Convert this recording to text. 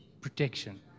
protection